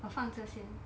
我放着先